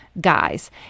Guys